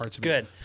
Good